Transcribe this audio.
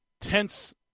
tense